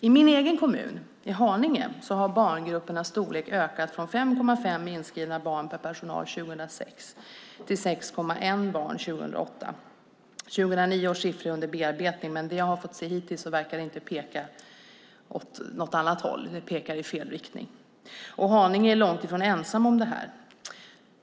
I min hemkommun Haninge har barngrupperna ökat från 5,5 inskrivna barn per personal år 2006 till 6,1 år 2008. Sifforna för 2009 är under bearbetning, men det jag har fått se hittills pekar även det i fel riktning. Och Haninge kommun är långt ifrån ensam om detta.